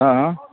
हँ